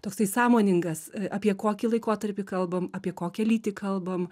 toksai sąmoningas apie kokį laikotarpį kalbam apie kokią lytį kalbam